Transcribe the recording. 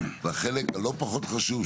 והחלק הלא פחות חשוב,